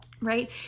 right